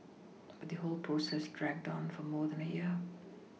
but the whole process dragged on for more than a year